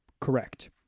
Correct